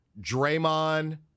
Draymond